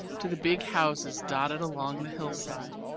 to the big houses dotted along the hillside.